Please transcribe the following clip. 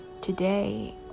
today